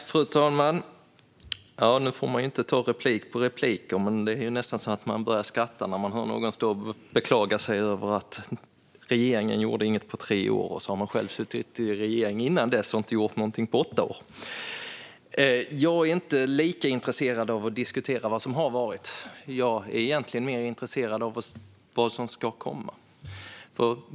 Fru talman! Jag får inte ta replik på repliker, men jag börjar nästan skratta när jag hör någon stå och beklaga sig över att regeringen inte gjorde någonting på tre år. Då har man själv suttit i regeringsställning innan dess och inte gjort någonting på åtta år. Jag är inte lika intresserad av att diskutera vad som har varit, utan jag är egentligen mer intresserad av vad som ska komma.